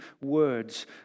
words